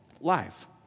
life